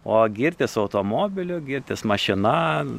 o girtis automobilio girtis mašina